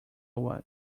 what